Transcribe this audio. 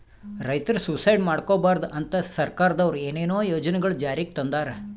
ರೈತರ್ ಸುಯಿಸೈಡ್ ಮಾಡ್ಕೋಬಾರ್ದ್ ಅಂತಾ ಸರ್ಕಾರದವ್ರು ಏನೇನೋ ಯೋಜನೆಗೊಳ್ ಜಾರಿಗೆ ತಂದಾರ್